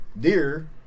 deer